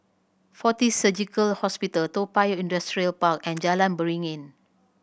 Fortis Surgical Hospital Toa Payoh Industrial Park and Jalan Beringin